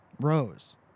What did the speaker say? Rose